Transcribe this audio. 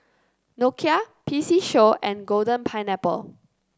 Nokia P C Show and Golden Pineapple